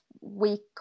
week